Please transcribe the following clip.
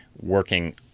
working